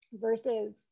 versus